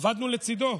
עבדנו לצידו,